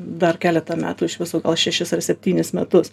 dar keletą metų iš viso gal šešis ar septynis metus